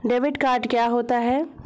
Debit card क्या होता है?